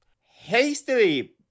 hastily